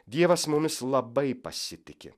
dievas mumis labai pasitiki